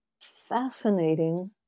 fascinating